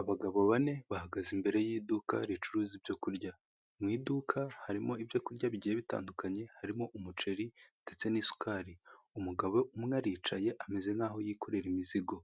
Abagabo bane bahagaze imbere y'iduka ricuruza ibyo kurya, mu iduka harimo ibyo kurya bigiye bitandukanye, harimo umuceri ndetse n'isukari, umugabo umwe aricaye ameze nk'aho yikorera imizigo,